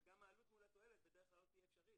וגם העלות מול התועלת בדרך כלל לא תהיה אפשרית.